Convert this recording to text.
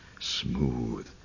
smooth